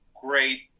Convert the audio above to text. great